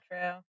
true